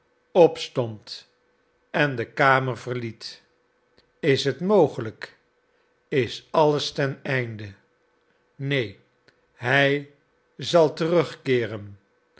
opstond en de kamer verliet is het mogelijk is alles ten einde neen hij zal terugkeeren